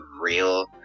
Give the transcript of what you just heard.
real